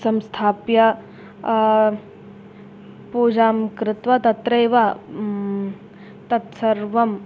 संस्थाप्य पूजां कृत्वा तत्रैव तत्सर्वम्